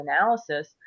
analysis